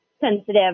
sensitive